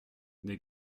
des